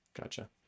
gotcha